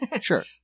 Sure